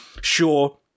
Sure